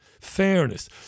Fairness